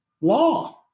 law